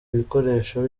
ibikoresho